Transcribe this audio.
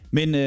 Men